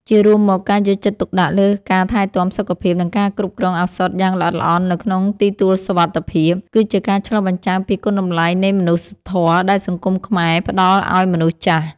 ជារួមមក ការយកចិត្តទុកដាក់លើការថែទាំសុខភាព និងការគ្រប់គ្រងឱសថយ៉ាងល្អិតល្អន់នៅក្នុងទីទួលសុវត្ថិភាព គឺជាការឆ្លុះបញ្ចាំងពីគុណតម្លៃនៃមនុស្សធម៌ដែលសង្គមខ្មែរផ្តល់ឱ្យមនុស្សចាស់។